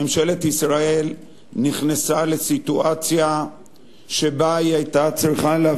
ממשלת ישראל נכנסה לסיטואציה שבה היא היתה צריכה לא רק